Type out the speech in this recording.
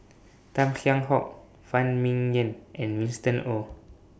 Tan Kheam Hock Phan Ming Yen and Winston Oh